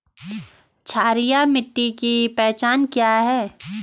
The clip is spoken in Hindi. क्षारीय मिट्टी की पहचान क्या है?